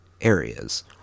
areas